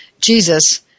Jesus